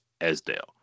Esdale